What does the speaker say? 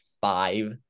five